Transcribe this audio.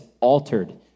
altered